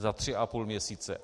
Za tři a půl měsíce!